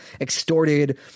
extorted